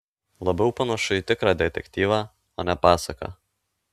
labiau panašu į tikrą detektyvą o ne pasaką